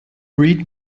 read